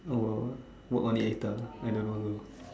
oh will work on it later I don't know though